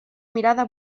mirada